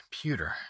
computer